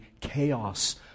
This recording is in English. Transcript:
chaos